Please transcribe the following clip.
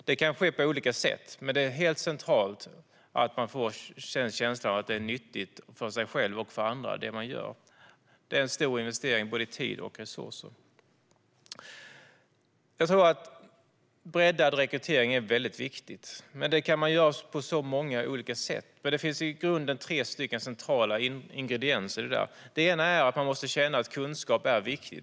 Det kan ske på olika sätt, men det är helt centralt att man får känslan av att det man gör är nyttigt för en själv och för andra. Det är en stor investering i både tid och resurser. Det är viktigt med breddad rekrytering, och man kan göra det på så många olika sätt. Men det finns i grunden tre centrala ingredienser. Det ena är att man måste känna att kunskap är viktigt.